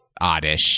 Oddish